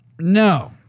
No